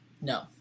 No